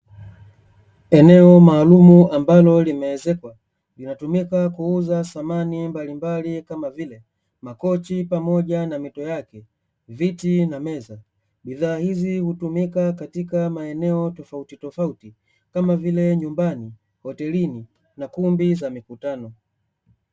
Eneo maalumu ambalo limeezekwa, linatumika kuuza samani mbalimbali kama vile makochi pamoja na mito yake, viti na meza bidhaa hizi hutumika katika maeneo tofauti tofauti, kama vile nyumbani, hotelini, na kumbi za mikutano.